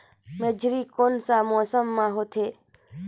मेझरी कोन सा मौसम मां होथे?